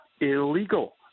illegal